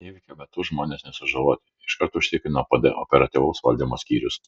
įvykio metu žmonės nesužaloti iškart užtikrino pd operatyvaus valdymo skyrius